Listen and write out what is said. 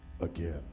Again